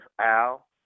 Al